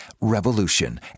Revolution